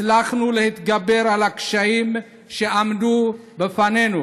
הצלחנו להתגבר על הקשיים שעמדו בפנינו